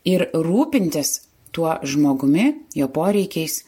ir rūpintis tuo žmogumi jo poreikiais